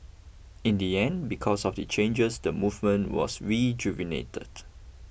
in the end because of the changes the movement was rejuvenated